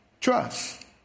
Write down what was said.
trust